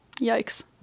yikes